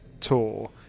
tour